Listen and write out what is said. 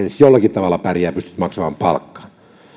edes jollakin tavalla pärjää ja pystyy maksamaan palkkaa